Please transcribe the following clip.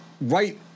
right